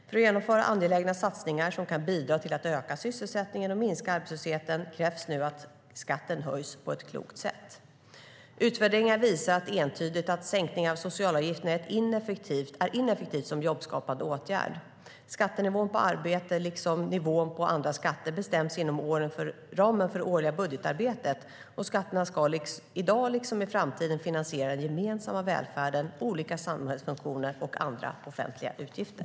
För att genomföra angelägna satsningar som kan bidra till att öka sysselsättningen och minska arbetslösheten krävs nu att skatten höjs på ett klokt sätt. Utvärderingar visar relativt entydigt att sänkningar av socialavgifterna är ineffektivt som jobbskapande åtgärd. Skattenivån på arbete liksom nivån på andra skatter bestäms inom ramen för det årliga budgetarbetet. Skatterna ska i dag liksom i framtiden finansiera den gemensamma välfärden, olika samhällsfunktioner och andra offentliga utgifter.